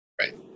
Right